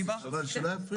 שלא יפריעו לו.